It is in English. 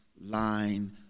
line